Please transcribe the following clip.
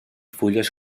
fulles